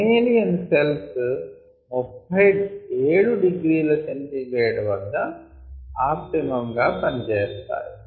mammalian cells 37 ºC వద్ద optimum గా పనిచేస్తాయి